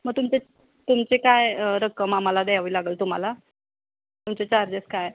मग तुमचे तुमचे काय रक्कम आम्हाला द्यावी लागंल तुम्हाला तुमचे चार्जेस काय आहे